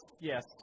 Yes